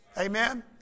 Amen